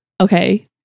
Okay